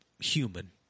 human